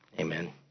Amen